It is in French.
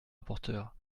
rapporteur